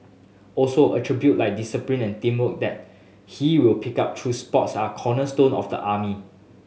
also attribute like discipline and teamwork that he will pick up through sports are cornerstone of the army